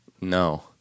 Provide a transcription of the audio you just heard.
No